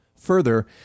Further